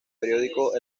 periódico